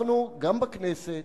אנחנו, גם בכנסת,